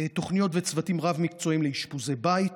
תוכניות וצוותים רב-מקצועיים לאשפוזי בית,